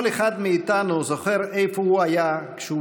כל אחד מאיתנו זוכר איפה הוא היה כשהוא